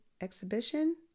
exhibition